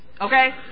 Okay